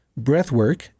breathwork